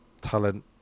talent